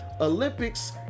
Olympics